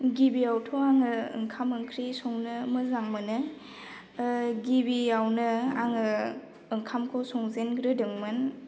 गिबियावथ' आङो ओंखाम ओंख्रि संनो मोजां मोनो गिबियावनो आङो ओंखामखौ संजेनग्रोदोंमोन